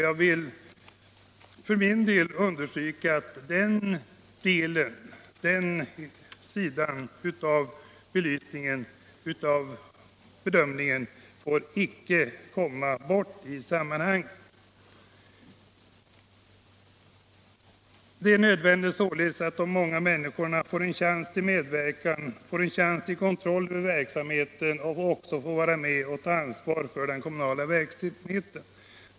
Jag vill understryka att den delen av bedömningen inte får komma bort i sammanhanget. Det är således nödvändigt att de många människorna får en chans till medverkan och kontroll över — och också får vara med och ta ansvar för — den kommunala verksamheten.